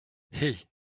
hey